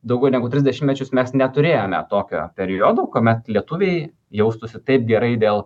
daugiau negu tris dešimtmečius mes neturėjome tokio periodo kuomet lietuviai jaustųsi taip gerai dėl